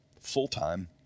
full-time